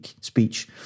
speech